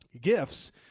gifts